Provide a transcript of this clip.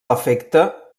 efecte